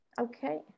Okay